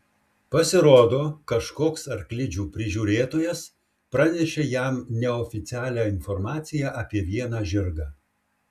pasirodo kažkoks arklidžių prižiūrėtojas pranešė jam neoficialią informaciją apie vieną žirgą